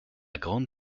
grande